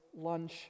lunch